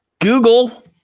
Google